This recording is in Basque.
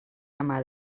ama